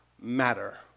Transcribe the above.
matter